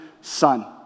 Son